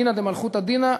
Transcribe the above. דינא דמלכותא דינא,